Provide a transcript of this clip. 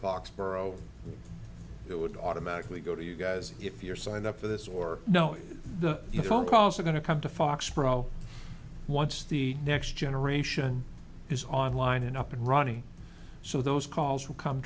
foxborough it would automatically go to you guys if you're signed up for this or know the your phone calls are going to come to foxborough once the next generation is online and up and running so those calls will come